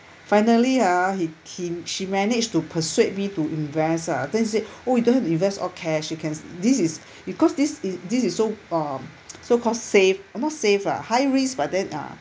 finally ah he him she managed to persuade me to invest ah then he said oh you don't invest all cash you can this is because this is this is so um so-called safe not safe ah high risk but then ah